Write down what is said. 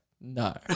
no